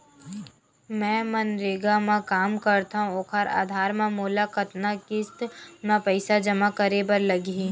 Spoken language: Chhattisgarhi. मैं मनरेगा म काम करथव, ओखर आधार म मोला कतना किस्त म पईसा जमा करे बर लगही?